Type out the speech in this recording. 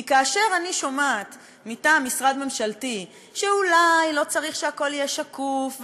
כי כאשר אני שומעת מטעם משרד ממשלתי שאולי לא צריך שהכול יהיה שקוף,